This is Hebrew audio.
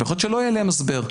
ויכול להיות שלא יהיה להם הסבר.